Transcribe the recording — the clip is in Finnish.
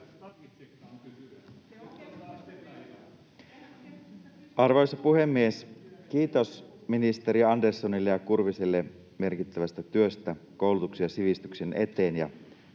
Arvoisa puhemies! Kiitos ministeri Anderssonille ja Kurviselle merkittävästä työstä koulutuksen ja sivistyksen eteen